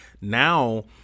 now